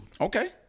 Okay